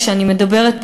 כשאני מדברת פה,